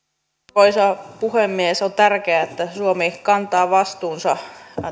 arvoisa puhemies on tärkeää että suomi kantaa vastuunsa